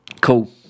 Cool